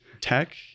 tech